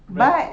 bread